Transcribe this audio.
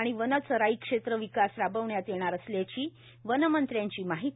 आणि वन चराई क्षेत्र विकास राबविण्यात येणार असल्याची वन मंत्र्यांची माहिती